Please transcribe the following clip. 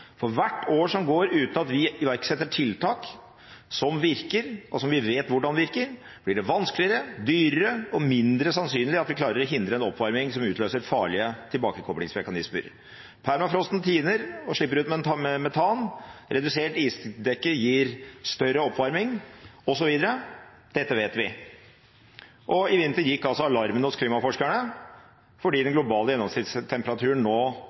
For hvert år som går uten at vi iverksetter tiltak som virker, og som vi vet hvordan virker, blir det vanskeligere, dyrere og mindre sannsynlig at vi klarer å hindre en oppvarming som utløser farlige tilbakekoblingsmekanismer. Permafrosten tiner og slipper ut metan, redusert isdekke gir større oppvarming, osv. Dette vet vi, og i vinter gikk alarmen hos klimaforskerne fordi den globale gjennomsnittstemperaturen nå